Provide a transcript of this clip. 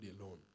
alone